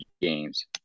games